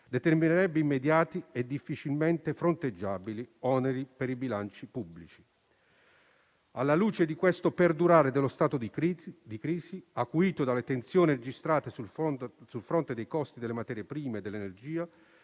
determinerebbe immediati e difficilmente fronteggiabili oneri per i bilanci pubblici. Alla luce, quindi, del perdurare dello stato di crisi, acuito dalle tensioni registrate sul fronte dei costi delle materie prime e dell'energia,